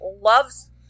loves